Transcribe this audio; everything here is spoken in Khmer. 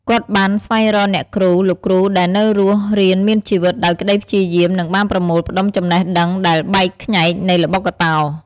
គាត់បានស្វែងរកអ្នកគ្រូ លោកគ្រូដែលនៅរស់រានមានជីវិតដោយក្ដីព្យាយាម និងបានប្រមូលផ្តុំចំណេះដឹងដែលបែកខ្ញែកនៃល្បុក្កតោ។